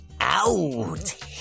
out